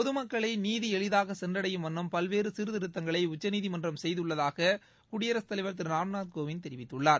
பொதுமக்களை நீதி எளிதாக சென்றடையும் வண்ணம் பல்வேறு சீர்திருத்தங்களை உச்சநீதிமன்றம் செய்துள்ளதாக குடியரசுத் தலைவர் திரு ராம்நாத் கோவிந்த் தெரிவித்துள்ளார்